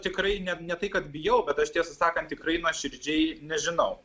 tikrai ne ne tai kad bijau bet aš tiesą sakant tikrai nuoširdžiai nežinau